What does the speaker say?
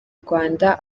rwanda